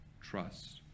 Trust